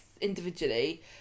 individually